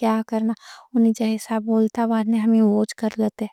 کیا کرنا؛ انہیں جیسا بولتا بانے، ہمیں ووچ کر لیتے۔